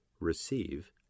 receive